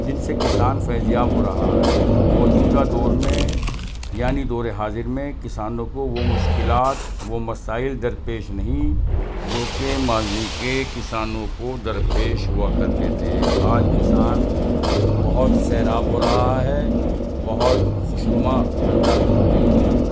جن سے کسان فیضیاب ہو رہا ہے موجودہ دور میں یعنی دور حاضر میں کسانوں کو وہ مشکلات وہ مسائل درپیش نہیں جو کہ ماضی کے کسانوں کو درپیش ہوا کرتے تھے آج کسان بہت سیراب ہو رہا ہے بہت خوشنما انداز میں زندگی گزار رہا ہے